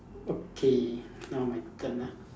okay now my turn ah